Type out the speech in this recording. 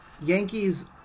Yankees